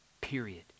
Period